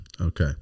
Okay